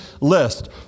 list